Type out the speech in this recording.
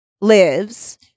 lives